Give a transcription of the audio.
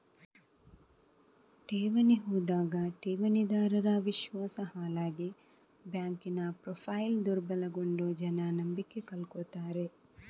ಠೇವಣಿ ಹೋದಾಗ ಠೇವಣಿದಾರರ ವಿಶ್ವಾಸ ಹಾಳಾಗಿ ಬ್ಯಾಂಕಿನ ಪ್ರೊಫೈಲು ದುರ್ಬಲಗೊಂಡು ಜನ ನಂಬಿಕೆ ಕಳ್ಕೊತಾರೆ